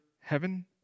heaven